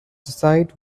site